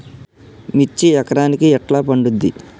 మిర్చి ఎకరానికి ఎట్లా పండుద్ధి?